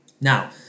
Now